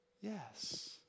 Yes